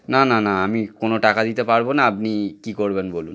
না না না আমি কোনো টাকা দিতে পারব না আপনি কী করবেন বলুন